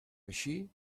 així